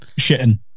shitting